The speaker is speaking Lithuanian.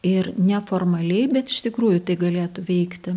ir neformaliai bet iš tikrųjų tai galėtų veikti